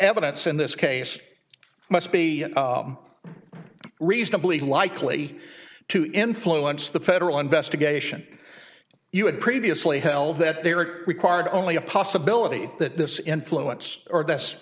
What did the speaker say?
evidence in this case must be reasonably likely to influence the federal investigation you had previously held that they were required only a possibility that this influence or this